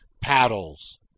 paddles